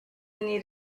need